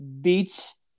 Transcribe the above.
beats